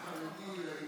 מהציבור החרדי לעניין הזה.